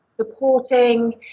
supporting